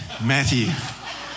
Matthew